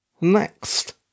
Next